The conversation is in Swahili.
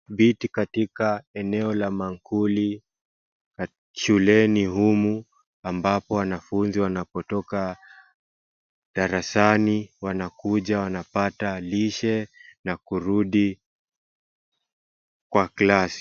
Viti katika eneo la maamkuli, shuleni humu ambapo wanafunzi wanapotoka darasani, wanakuja wanapata lishe, na kurudi kwa class .